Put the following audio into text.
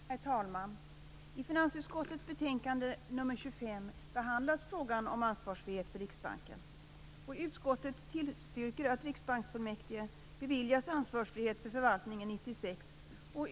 Herr talman! I finansutskottets betänkande nr 25 behandlas frågan om ansvarsfrihet för Riksbanken. Utskottet tillstyrker att riksbanksfullmäktige beviljas ansvarsfrihet för förvaltningen 1996.